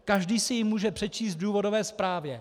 Každý si ji může přečíst v důvodové zprávě.